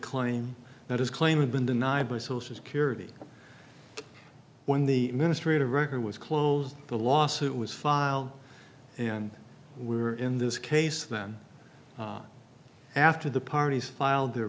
claim that his claim of been denied by social security when the ministry of record was closed the lawsuit was filed and we were in this case then after the parties filed their